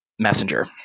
messenger